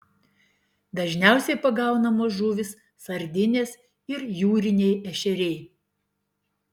dažniausiai pagaunamos žuvys sardinės ir jūriniai ešeriai